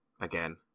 again